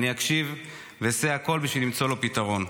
אני אקשיב ואעשה הכול בשביל למצוא לו פתרון.